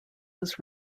was